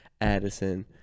addison